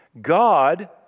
God